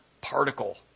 particle